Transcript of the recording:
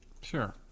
Sure